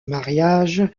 mariage